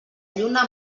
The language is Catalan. lluna